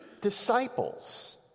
disciples